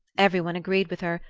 every one agreed with her,